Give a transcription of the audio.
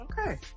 Okay